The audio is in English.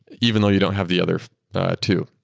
even though you don't have the other two